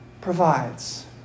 provides